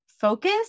focus